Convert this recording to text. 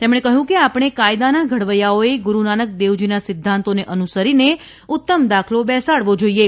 તેમણે કહ્યું કે આપણે કાયદાના ઘડવૈયાઓએ ગૂરુ નાનક દેવજીના સિદ્ધાંતોને અનુસરીને ઉત્તમ દાખલો બેસાડવો જોઇએ